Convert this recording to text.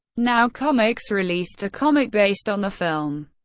now comics released a comic based on the film.